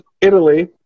Italy